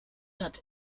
hat